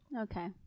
Okay